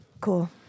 Cool